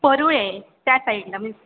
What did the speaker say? परूळे त्या साईडला मीन्स